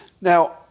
Now